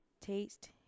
taste